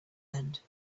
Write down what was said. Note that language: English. end